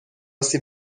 سیب